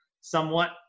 somewhat